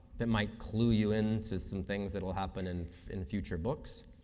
that might clue you into some things that will happen and in future books.